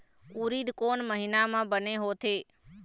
उरीद कोन महीना म बने होथे?